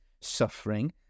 suffering